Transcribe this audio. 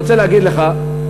ואני רוצה להגיד לך,